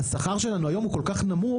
השכר שלנו היום הוא כל כך נמוך,